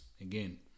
Again